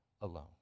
alone